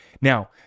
Now